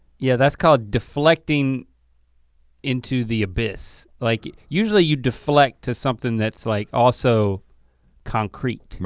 yeah that's called deflecting into the abyss. like usually you deflect to something that's like also concrete.